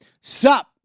sup